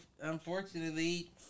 unfortunately